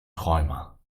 träumer